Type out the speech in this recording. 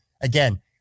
Again